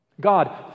God